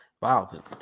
Wow